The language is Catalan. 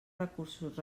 recursos